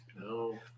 no